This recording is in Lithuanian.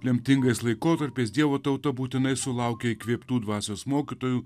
lemtingais laikotarpiais dievo tauta būtinai sulaukia įkvėptų dvasios mokytojų